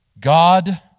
God